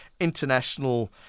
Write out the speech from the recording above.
international